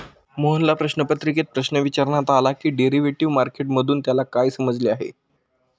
मोहनला प्रश्नपत्रिकेत प्रश्न विचारण्यात आला की डेरिव्हेटिव्ह मार्केट मधून त्याला काय समजले आहे?